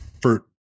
for-